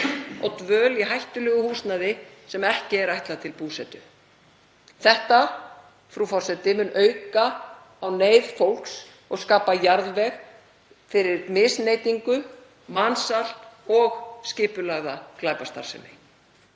og dvalar í hættulegu húsnæði sem ekki er ætlað til búsetu. Þetta, frú forseti, mun auka á neyð fólks og skapa jarðveg fyrir misneytingu, mansal og skipulagða glæpastarfsemi.